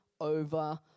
over